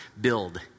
build